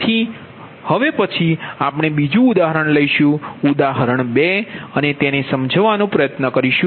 તેથી હવે પછી આપણે બીજું ઉદાહરણ લઈશું ઉદાહરણ 2 અને તેને સમજવાનો પ્રયત્ન કરીશું